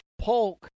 Polk